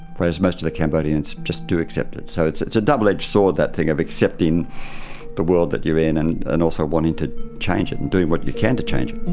whereas most of the cambodians just do accept it. so it's it's a double-edged sword, that thing of accepting the world that you're in and and also wanting to change it and doing what you can to change it.